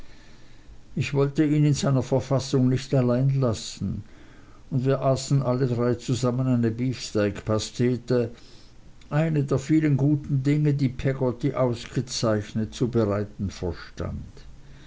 ich wollte ihn in seiner verfassung nicht allein lassen und wir aßen alle drei zusammen eine beefsteak pastete eine der vielen guten dinge die peggotty ausgezeichnet zu bereiten verstand